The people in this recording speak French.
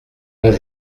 pas